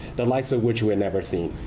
the likes of which we've never seen.